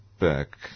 back